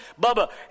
Bubba